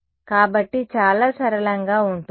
కాబట్టి చాలా సరళంగా ఉంటుంది